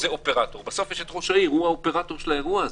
ראש העיר הוא האופרטור של האירוע הזה.